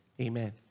Amen